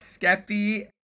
Skeppy